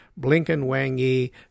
Blinken-Wang-Yi